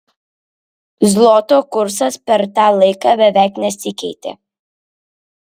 zloto kursas per tą laiką beveik nesikeitė